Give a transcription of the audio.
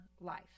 life